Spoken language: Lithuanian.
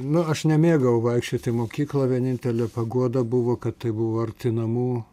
na aš nemėgau vaikščioti į mokyklą vienintelė paguoda buvo kad tai buvo arti namų